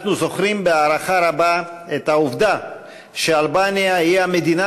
אנחנו זוכרים בהערכה רבה את העובדה שאלבניה היא המדינה